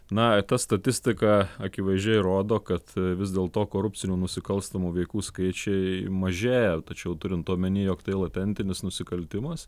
na ta statistika akivaizdžiai rodo kad vis dėlto korupcinių nusikalstamų veiklų skaičiai mažėja tačiau turint omeny jog tai latentinis nusikaltimas